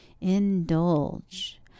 indulge